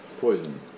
poison